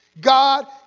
God